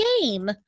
game